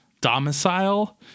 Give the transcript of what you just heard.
domicile